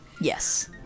Yes